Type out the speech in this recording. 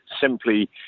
simply